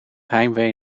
heimwee